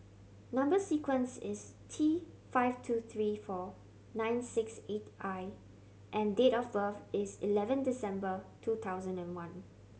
number sequence is T five two three four nine six eight I and date of birth is eleven December two thousand and one